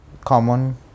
common